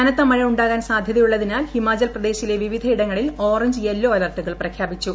കനത്ത മഴ ഉണ്ടാകാൻ സാധ്യതയുള്ളതിനാൽ ഹിമാചൽ പ്രദേശിലെ വിവിധയിടങ്ങളിൽ ഓറഞ്ച് യെല്ലോ അലർട്ടുകൾ പ്രഖ്യാപിച്ചു